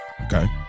Okay